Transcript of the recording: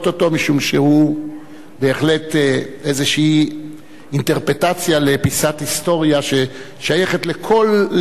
כי זו בהחלט איזו אינטרפרטציה לפיסת היסטוריה ששייכת לכולנו,